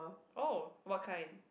oh what kind